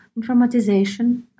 informatization